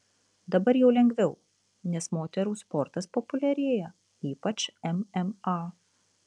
dabar jau lengviau nes moterų sportas populiarėja ypač mma